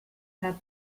had